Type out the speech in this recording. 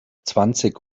zwanzig